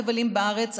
מבלים בארץ,